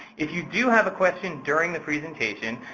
if you do have a question during the presentation,